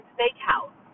Steakhouse